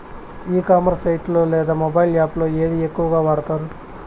ఈ commerce site లో లేదా మొబైల్ యాప్ లో ఏది ఎక్కువగా వాడుతారు?